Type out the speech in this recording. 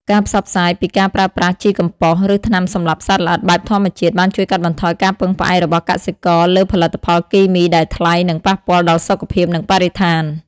ការផ្សព្វផ្សាយពីការប្រើប្រាស់ជីកំប៉ុស្ត ឬថ្នាំសម្លាប់សត្វល្អិតបែបធម្មជាតិ បានជួយកាត់បន្ថយការពឹងផ្អែករបស់កសិករលើផលិតផលគីមីដែលថ្លៃ និងប៉ះពាល់ដល់សុខភាព និងបរិស្ថាន។